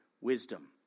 wisdom